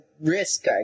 risk